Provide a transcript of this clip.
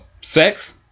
sex